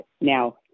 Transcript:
Now